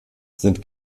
sind